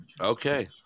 Okay